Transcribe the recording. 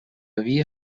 havia